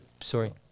Sorry